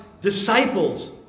disciples